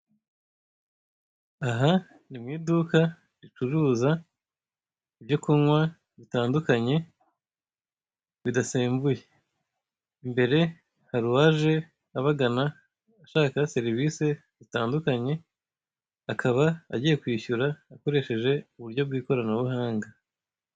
Aha ni mu iduka ricuruza ibyo kunywa bitandukanye bidasembuye. Imbere hari uwaje abagana, ashaka serivisi zitandukanye, akaba agiye kwishyura akoresheje uburyo bw'ikoranabuhanga.